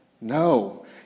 No